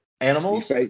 Animals